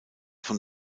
von